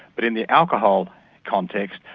but in the alcohol context,